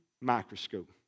microscope